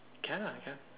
can ah can